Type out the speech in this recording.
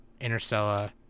Interstellar